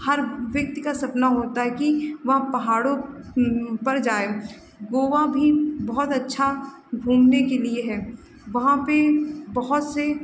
हर व्यक्ति का सपना होता है कि वह पहाड़ों पर जाए गोवा भी बहुत अच्छा घूमने के लिए है वहाँ पर बहुत से